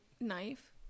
knife